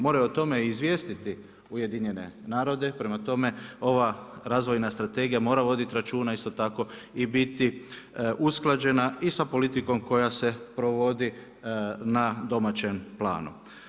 Moraju o tome i izvijestiti UN prema tome, ova razvojna strategija mora voditi računa, isto tako i biti usklađena i sa politikom koja se provodi na domaćem planu.